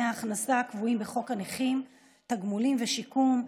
ההכנסה הקבועים בחוק הנכים (תגמולים ושיקום),